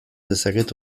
dezaket